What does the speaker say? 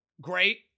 Great